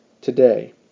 today